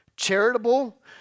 charitable